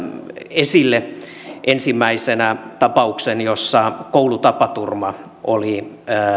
esille ensimmäisenä tapauksen jossa koulutapaturma oli